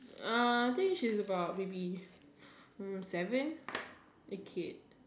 uh I think she's about maybe hmm seven the kid